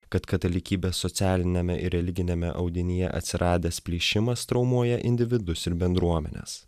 kad katalikybės socialiniame ir religiniame audinyje atsiradęs plyšimas traumuoja individus ir bendruomenes